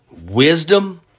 wisdom